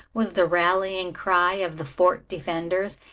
was the rallying cry of the fort defenders,